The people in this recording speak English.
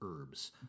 herbs